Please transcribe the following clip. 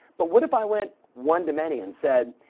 but what if i went one to many and said,